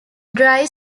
dry